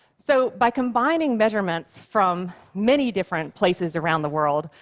so by combining measurements from many different places around the world,